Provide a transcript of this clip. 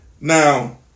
Now